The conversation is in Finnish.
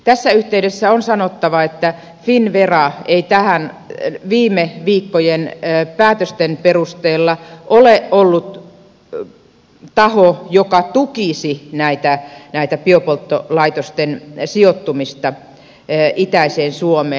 tässä yhteydessä on sanottava että finnvera ei viime viikkojen päätösten perusteella ole ollut taho joka tukisi näiden biopolttolaitosten sijoittumista itäiseen suomeen